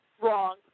wrong